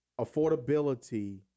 affordability